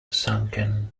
sunken